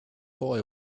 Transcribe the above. boy